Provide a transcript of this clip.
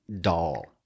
doll